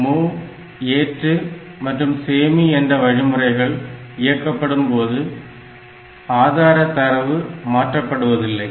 MOV ஏற்று மற்றும் சேமி என்ற வழிமுறைகள் இயக்கப்படும்போது ஆதார தரவு மாற்றப்படுவதில்லை